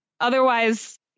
otherwise